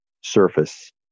surface